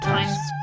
Times